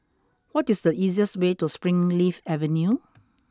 what is the easiest way to Springleaf Avenue